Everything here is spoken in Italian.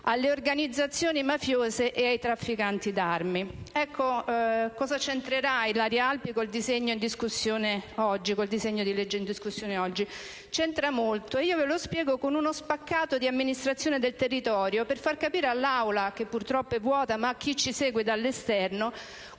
alle organizzazioni mafiose e ai trafficanti di armi. Ma cosa c'entra Ilaria Alpi con il disegno di legge in discussione oggi? C'entra molto, e ve lo spiego con uno spaccato di amministrazione del territorio, per far capire all'Aula - che purtroppo è vuota - e soprattutto a chi ci segue dall'esterno